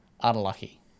Unlucky